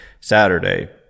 Saturday